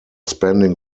spending